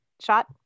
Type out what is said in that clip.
shot